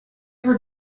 ever